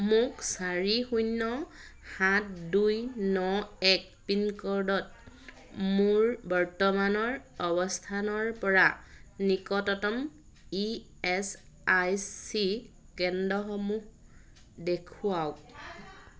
মোক চাৰি শূন্য সাত দুই ন এক পিনক'ডত মোৰ বৰ্তমানৰ অৱস্থানৰ পৰা নিকটতম ই এচ আই চি কেন্দ্ৰসমূহ দেখুৱাওক